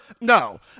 No